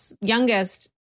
youngest